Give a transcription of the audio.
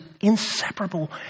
inseparable